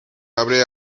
abre